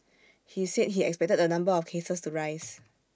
he said he expected the number of cases to rise